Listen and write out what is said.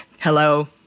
hello